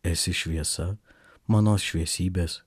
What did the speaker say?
esi šviesa mano šviesybės